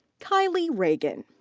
kylie regan.